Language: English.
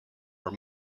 were